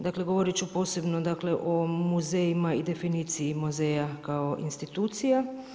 Dakle, govorit ću posebno, dakle o muzejima i definiciji muzeja kao institucija.